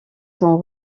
sont